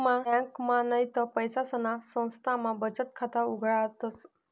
ब्यांकमा नैते पैसासना संस्थामा बचत खाता उघाडतस